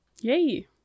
Yay